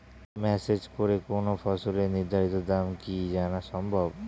Message করে কোন ফসলের নির্ধারিত দাম কি জানা সম্ভব?